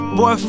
Boy